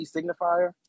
Signifier